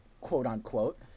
quote-unquote